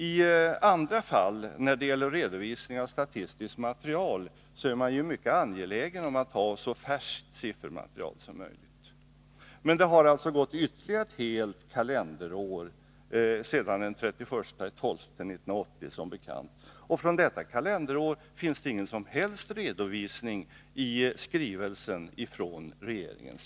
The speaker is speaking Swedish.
I andra fall, när det gäller redovisning av statistiskt material, är man mycket angelägen om att ha så färskt siffermaterial som möjligt. Men det har som bekant gått ytterligare ett helt kalenderår sedan den 31 december 1980, och från det kalenderåret finns det ingen som helst redovisning i skrivelsen från regeringen.